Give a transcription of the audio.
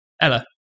Ella